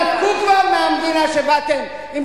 תתנתקו כבר מהמדינה שבאתם ממנה,